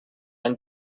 ein